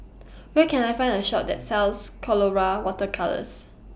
Where Can I Find A Shop that sells Colora Water Colours